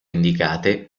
indicate